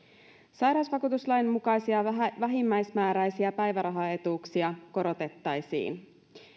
sairausvakuutuslain mukaisia vähimmäismääräisiä päivärahaetuuksia korotettaisiin